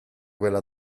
quella